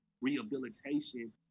rehabilitation